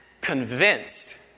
Convinced